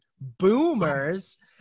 boomers